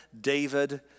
David